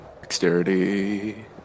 Dexterity